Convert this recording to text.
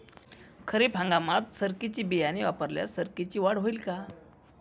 खरीप हंगामात सरकीचे बियाणे वापरल्यास सरकीची वाढ होईल का?